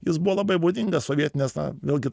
jis buvo labai būdingas sovietinės na vėlgi